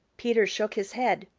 peter shook his head.